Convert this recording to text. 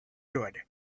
done